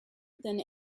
than